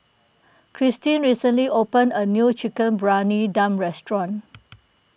Christeen recently opened a new Chicken Briyani Dum restaurant